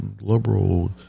liberal